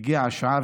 הגיעה השעה,